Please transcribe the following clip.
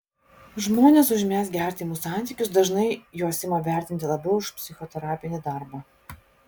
žmonės užmezgę artimus santykius dažnai juos ima vertinti labiau už psichoterapinį darbą